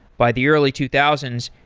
by the early two thousand